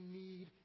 need